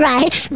Right